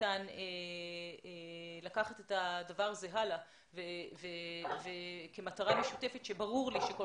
ניתן לקחת את הדבר הזה הלאה כמטרה משותפת שברור לי שכל